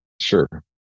Sure